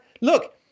Look